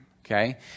okay